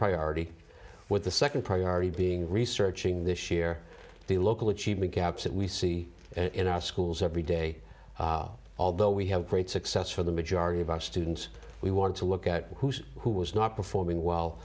priority with the second priority being researching this year the local achievement gaps that we see in our schools every day although we have great success for the majority of our students we want to look at who's who was not performing well